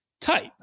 type